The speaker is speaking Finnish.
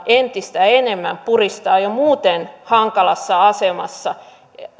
entistä enemmän puristaa jo muuten hankalassa asemassa